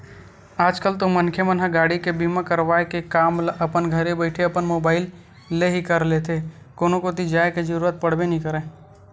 आज कल तो मनखे मन ह गाड़ी के बीमा करवाय के काम ल अपन घरे बइठे अपन मुबाइल ले ही कर लेथे कोनो कोती जाय के जरुरत पड़बे नइ करय